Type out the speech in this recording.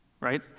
right